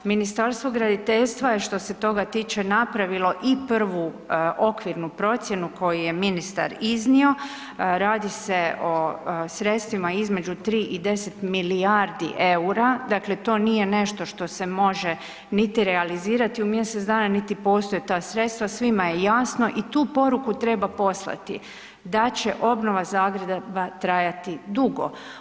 Ministarstvo graditeljstva je što se toga tiče napravilo i prvu okvirnu procjenu koju je ministar iznio, radi se sredstvima između 3 i 10 milijardi EUR-a, dakle to nije nešto što se može niti realizirati u mjesec dana, niti postoje ta sredstva, svima je jasno i tu poruku treba poslati, da će obnova Zagreba trajati dugo.